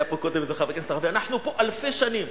היה פה קודם איזה חבר כנסת ערבי: אנחנו פה אלפי שנים.